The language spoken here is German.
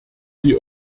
die